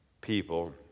people